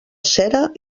cera